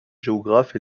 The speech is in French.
géographes